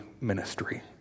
ministry